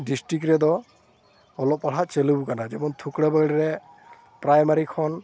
district ᱨᱮᱫᱚ ᱚᱞᱚᱜᱼᱯᱟᱲᱦᱟᱜ ᱪᱟᱹᱞᱩᱣ ᱠᱟᱱᱟ ᱡᱮᱢᱚᱱ ᱛᱷᱩᱠᱲᱟᱹᱵᱟᱹᱲᱨᱮ ᱯᱨᱟᱭᱢᱟᱨᱤ ᱠᱷᱚᱱ